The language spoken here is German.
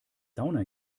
sauna